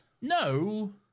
No